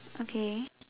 okay